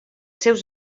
seus